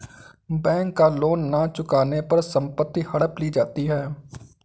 bank का loan न चुकाने पर संपत्ति हड़प ली जाती है